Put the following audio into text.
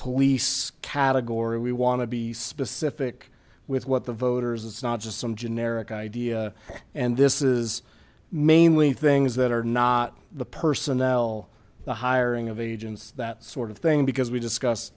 police category we want to be specific with what the voters it's not just some generic idea and this is mainly things that are not the personnel the hiring of agents that sort of thing because we discuss